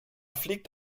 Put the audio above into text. fliegt